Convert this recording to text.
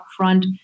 upfront